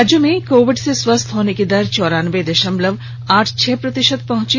राज्य में कोविड से स्वस्थ होने की दर चौरानबे दशमलव आठ छह प्रतिशत पहुंची